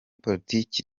politike